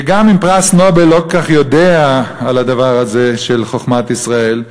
וגם אם פרס נובל לא כל כך יודע על הדבר הזה של חוכמת ישראל,